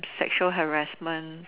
sexual harassment